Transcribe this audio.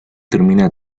termina